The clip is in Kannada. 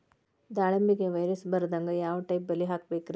ದಾಳಿಂಬೆಗೆ ವೈರಸ್ ಬರದಂಗ ಯಾವ್ ಟೈಪ್ ಬಲಿ ಹಾಕಬೇಕ್ರಿ?